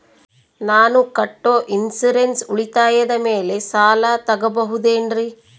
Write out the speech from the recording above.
ನಾನು ಕಟ್ಟೊ ಇನ್ಸೂರೆನ್ಸ್ ಉಳಿತಾಯದ ಮೇಲೆ ಸಾಲ ತಗೋಬಹುದೇನ್ರಿ?